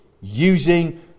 using